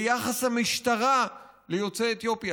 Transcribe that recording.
ביחס המשטרה ליוצאי אתיופיה,